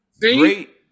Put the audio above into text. great